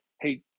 hey